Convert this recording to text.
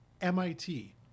MIT